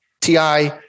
TI